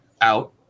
out